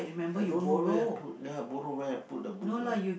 I don't know where I put ya borrow where I put the book lah